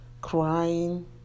crying